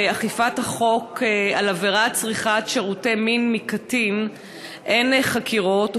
של אכיפת החוק בעבירת צריכת שירותי מין מקטין אין חקירות,